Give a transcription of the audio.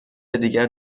دیگر